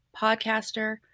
podcaster